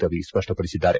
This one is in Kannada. ರವಿ ಸ್ಪಷ್ಪಪಡಿಸಿದ್ದಾರೆ